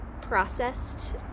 processed